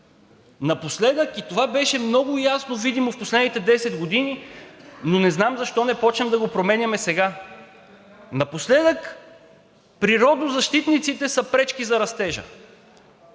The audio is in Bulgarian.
Напоследък, и това беше много ясно видимо в последните 10 години, но не знам защо не започнем да го променяме сега. Напоследък природозащитниците са пречки за растежа.